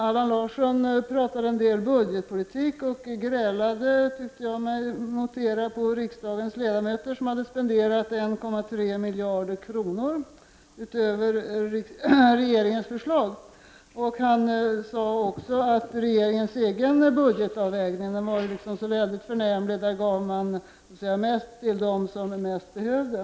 Allan Larsson pratade en del budgetpolitik och grälade, tyckte jag mig notera, på riksdagens ledamöter som hade spenderat 1,3 miljarder kronor utöver regeringens förslag. Han sade också att regeringens egen budgetavvägning var så väldigt förnämlig. Där gav man mest till dem som mest behövde.